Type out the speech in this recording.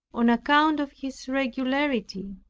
on account of his regularity.